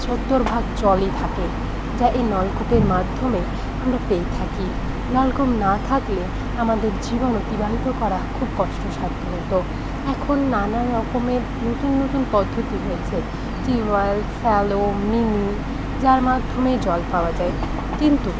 সত্তর ভাগ জলই থাকে যা এই নলকূপের মাধ্যমে আমরা পেয়ে থাকি নলকূপ না থাকলে আমাদের জীবন অতিবাহিত করা খুব কষ্টসাধ্য হতো এখন নানা রকমের নতুন নতুন পদ্ধতি হয়েছে টিউবওয়েল শ্যালো মিনি যার মাধ্যমে জল পাওয়া যায় কিন্তু